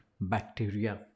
bacteria